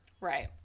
Right